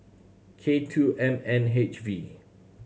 K two M N H V